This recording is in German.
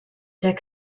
der